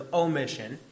omission